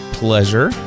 pleasure